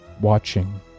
watching